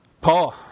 Paul